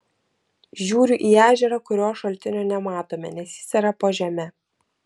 žiūriu į ežerą kurio šaltinio nematome nes jis yra po žeme